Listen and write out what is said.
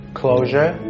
closure